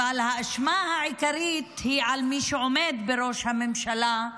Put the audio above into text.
אבל האשמה העיקרית היא על מי שעומד בראשות הממשלה,